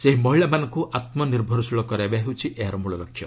ସେହି ମହିଳାମାନଙ୍କୁ ଆତ୍ମନିର୍ଭରଶୀଳ କରାଇବା ହେଉଛି ଏହାର ମୂଳ ଲକ୍ଷ୍ୟ